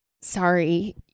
sorry